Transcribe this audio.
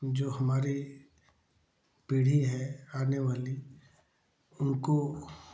जो हमारे पीढ़ी है आनेवाली उनको